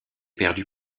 perdu